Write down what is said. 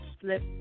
Slip